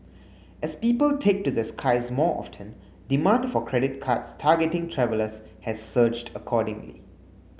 as people take to the skies more often demand for credit cards targeting travellers has surged accordingly